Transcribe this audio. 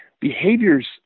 Behaviors